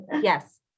yes